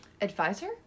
advisor